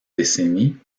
décennies